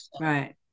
right